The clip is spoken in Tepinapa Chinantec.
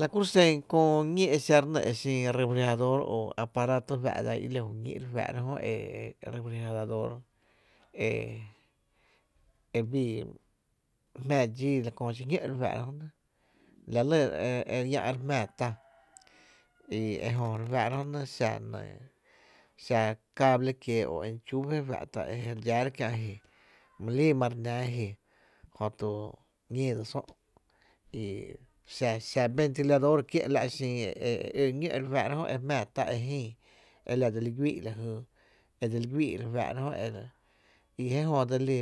La ku xen köö ñí exa re nɇ e xin refrigerador o aparato e fá’ dsa i ló jú ñíí’ re fáá’ra jö e e re frigerador e e bii jmⱥⱥ dxíí la köö xiñó’ re fáá’ra jö nɇ la lɇ re llⱥ’ re jmⱥⱥ tá re fáá’ra jönɇ, xa enɇɇ, xa cable kiéé’ o enchufe fa’ e je re dxáára kiä’ ji, my lii mare náá ji jö tu ´ñéé dse sö’ i xa xa ventilador kié’ la’ xin e ó ñó’ re fáá’ra jö e jmⱥⱥ tá e jïï e la dse li güii’ la jy e dse li guíí’ re fá’ra jö i jé jö dse lí,